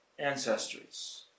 ancestries